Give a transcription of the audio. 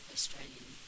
Australian